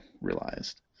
realized